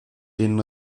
den